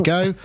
go